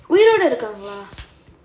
உயிரோட இருக்காங்கலா:uyiroda irukkaangalaa